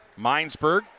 Minesburg